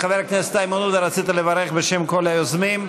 חבר הכנסת איימן עודה, רצית לברך בשם כל היוזמים.